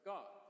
God